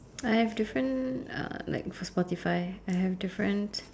I have different uh like Spotify I have different